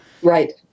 Right